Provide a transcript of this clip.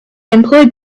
employed